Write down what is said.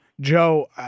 Joe